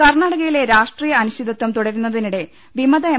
കർണ്ണാടകയിലെ രാഷ്ട്രീയ അനിശ്ചിതത്വം തുടരുന്നതിനിടെ വിമത എം